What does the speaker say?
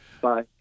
bye